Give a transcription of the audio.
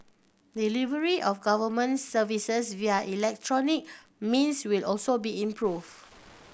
delivery of government services via electronic means will also be improved